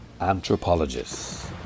anthropologists